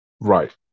Right